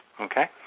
okay